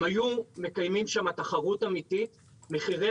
אם היו מקיימים שם תחרות אמיתית מחירי